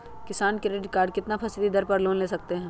किसान credit card कितना फीसदी दर पर लोन ले सकते हैं?